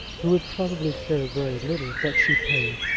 who would probably care very little what she paid,